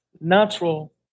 natural